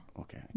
okay